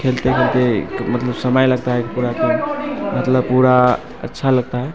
खेलते खेलते मतलब समय लगता है पूरा खेल मतलब पूरा अच्छा लगता है